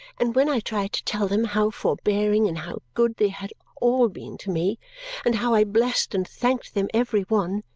and when i tried to tell them how forbearing and how good they had all been to me and how i blessed and thanked them every one,